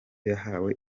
yahawe